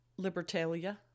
Libertalia